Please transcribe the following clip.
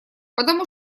потому